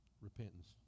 Repentance